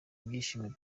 ibyishimo